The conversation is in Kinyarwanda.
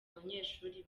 abanyeshuri